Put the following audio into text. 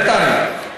אתה תענה.